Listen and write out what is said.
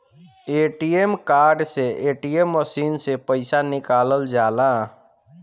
ATM card से ATM machine से पईसा निकालल जाला